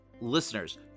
Listeners